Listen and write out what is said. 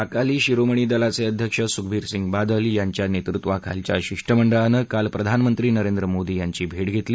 अकाली शिरोमणीदलाचे अध्यक्ष सुखबीर सिंग बादल यांच्या नेतृत्वाखालच्या शिष्टमंडळानं काल प्रधानमंत्री नरेंद्र मोदी यांची भेट घेतली